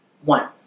One